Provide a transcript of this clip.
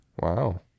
wow